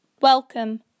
Welcome